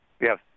Yes